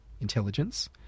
intelligence